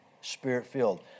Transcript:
Spirit-filled